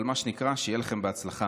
אבל מה שנקרא, שיהיה לכם בהצלחה.